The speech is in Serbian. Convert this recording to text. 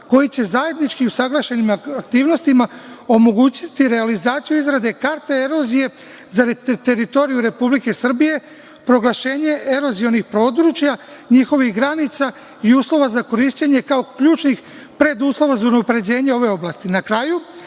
koji će zajednički usaglašenim aktivnostima omogućiti realizaciju izrade karte erozije za teritoriju Republike Srbije, proglašenje erozionih područja, njihovih granica i uslova za korišćenje kao ključnih preduslova za unapređenje ove oblasti. Na